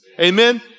amen